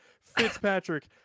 Fitzpatrick